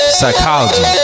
psychology